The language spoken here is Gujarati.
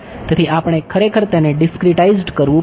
તેથી આપણે ખરેખર તેને ડીસ્ક્રીટાઇઝ્ડ કરવું પડશે